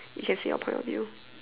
you can say your point of view